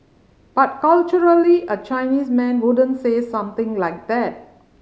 but culturally a Chinese man wouldn't say something like that